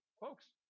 Folks